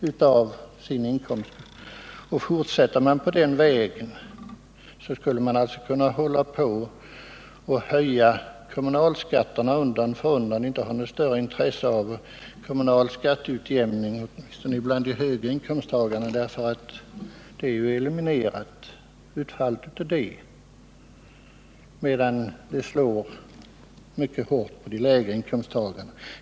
Med en sådan ordning skulle man kunna fortsätta att höja kommunalskatterna undan för undan utan att åtminstone de högre inkomsttagarna skulle ha 123 något större intresse av en kommunalskatteutjämning, eftersom utfallet härav för dem är eliminerat, medan kommunalskattehöjningarna slår mycket hårt på de lägre inkomsttagarna.